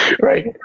Right